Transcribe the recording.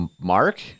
Mark